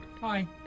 Hi